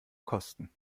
kosten